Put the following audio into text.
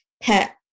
pet